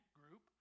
group